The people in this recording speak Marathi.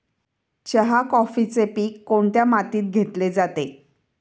चहा, कॉफीचे पीक कोणत्या मातीत घेतले जाते?